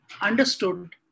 understood